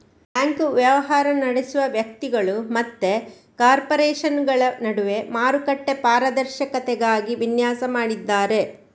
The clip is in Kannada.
ಬ್ಯಾಂಕು ವ್ಯವಹಾರ ನಡೆಸುವ ವ್ಯಕ್ತಿಗಳು ಮತ್ತೆ ಕಾರ್ಪೊರೇಷನುಗಳ ನಡುವೆ ಮಾರುಕಟ್ಟೆ ಪಾರದರ್ಶಕತೆಗಾಗಿ ವಿನ್ಯಾಸ ಮಾಡಿದ್ದಾರೆ